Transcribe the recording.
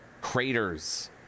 Craters